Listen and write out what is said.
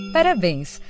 Parabéns